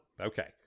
Okay